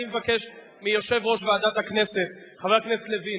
אני מבקש מיושב-ראש ועדת הכנסת, חבר הכנסת לוין,